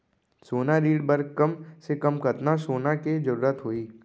सोना ऋण बर कम से कम कतना सोना के जरूरत होही??